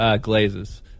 glazes